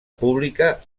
pública